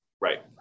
right